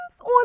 on